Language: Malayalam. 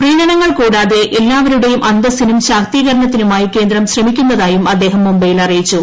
പ്രീണനങ്ങൾ കൂടാതെ എല്ലാവരുടെയും അന്തസിനും ശാക്തീകരണത്തിനുമായി കേന്ദ്രം ശ്രമിക്കുന്നതായും അദ്ദേഹം മുംബൈയിൽ അറിയിച്ചു